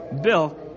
Bill